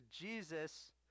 Jesus